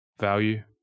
value